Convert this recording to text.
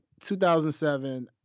2007